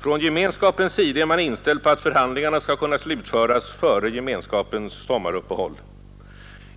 Från Gemenskapens sida är man inställd på att förhandlingarna skall kunna slutföras före Gemenskapens sommaruppehåll.